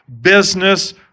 business